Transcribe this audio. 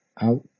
out